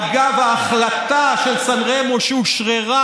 אגב, ההחלטה של סן רמו, שאושררה